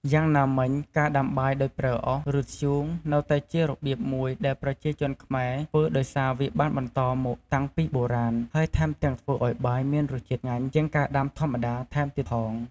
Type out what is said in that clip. យ៉ាងណាមិញ ការដាំបាយដោយប្រើអុស ឬ ធ្យូងនៅតែជារបៀបមួយដែលប្រជាជនខ្មែរធ្វើដោយសារ វាបានបន្តមកតាំងពីបុរាណ ហើយថែមទាំងធ្វើឱ្យបាយមានរសជាតិឆ្ងាញ់ជាងការដាំធម្មតាថែមទៀតផង។